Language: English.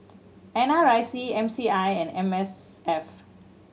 N R I C M C I and M S F